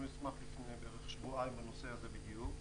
כתבנו מסמך לפני בערך שבועיים בנושא הזה בדיוק.